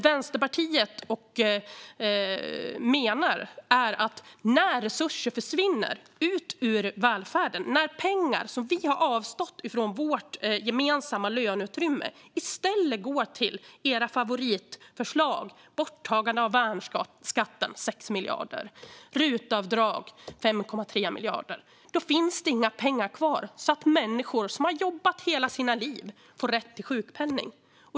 Vänsterpartiet menar att när resurser försvinner ut ur välfärden, när pengar som vi har avstått från vårt gemensamma löneutrymme i stället går till era favoritförslag - borttagande av värnskatten för 6 miljarder och RUT-avdrag för 5,3 miljarder - finns det inga pengar kvar för att människor som har jobbat hela sina liv ska få rätt till sjukpenning.